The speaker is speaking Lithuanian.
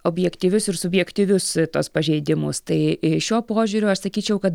objektyvius ir subjektyvius tuos pažeidimus tai šiuo požiūriu aš sakyčiau kad